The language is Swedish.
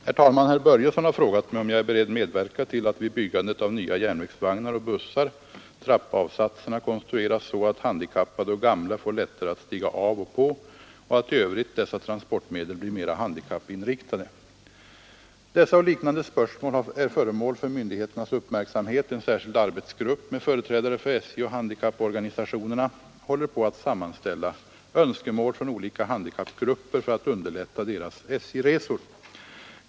Herr talman! Herr Börjesson har frågat mig om jag är beredd medverka till att, vid byggandet av nya järnvägsvagnar och bussar, trappavsatserna konstrueras så att handikappade och gamla får lättare att stiga av och på och att i övrigt dessa transportmedel blir mera handikappinriktade. Dessa och liknande spörsmål är föremål för myndigheternas uppmärksamhet. En särskild arbetsgrupp med företrädare för SJ och handikapporganisationerna håller på att sammanställa önskemål från olika handikappgrupper för att underlätta deras SJ-resor.